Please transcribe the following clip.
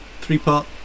three-part